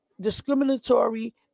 discriminatory